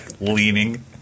Leaning